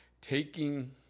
taking